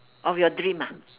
of your dream ah